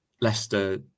Leicester